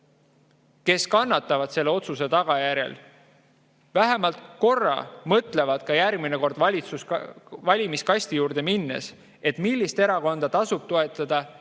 kes kannatavad selle otsuse tagajärjel, vähemalt korra mõtlevad järgmine kord valimiskasti juurde minnes, millist erakonda tasub toetada